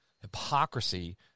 hypocrisy